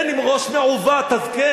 כן, כן, עם ראש מעוות, אז כן.